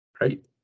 Right